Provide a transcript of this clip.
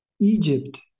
Egypt